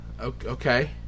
okay